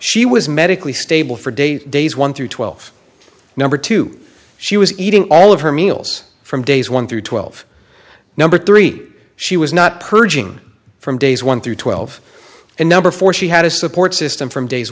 she was medically stable for days days one through twelve number two she was eating all of her meals from days one through twelve number three she was not purging from days one through twelve and number four she had a support system from days